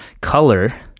color